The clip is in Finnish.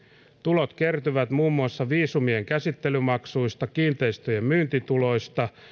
tulot kertyvät muun muassa viisumien käsittelymaksuista kiinteistöjen myyntituloista